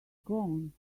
gone